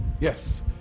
Yes